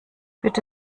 bitte